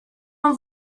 one